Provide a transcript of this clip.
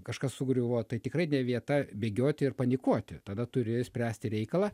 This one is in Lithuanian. kažkas sugriuvo tai tikrai ne vieta bėgioti ir panikuoti tada turi spręsti reikalą